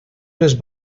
les